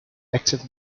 active